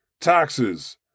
Taxes